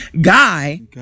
Guy